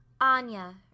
Anya